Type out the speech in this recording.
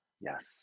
Yes